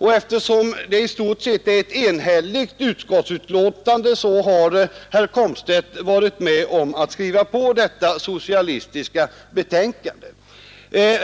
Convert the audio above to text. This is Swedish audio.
Eftersom utskottsbetänkandet i stort sett är enhälligt har herr Komstedt varit med om att skriva under detta socialistiska betänkande.